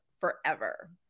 forever